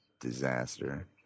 Disaster